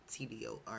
TDOR